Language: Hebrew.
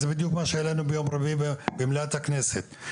זה בדיוק מה שהעלינו ביום רביעי במליאת הכנסת.